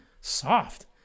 soft